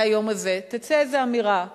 מהיום הזה תצא איזו אמירה,